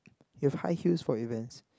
you have high heels for events